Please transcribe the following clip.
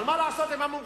אבל מה לעשות אם המומחים,